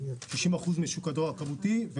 90% משוק הדואר הכמותי,